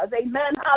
Amen